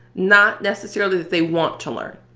not necessarily that they want to learn.